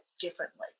differently